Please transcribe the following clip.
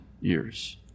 years